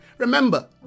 Remember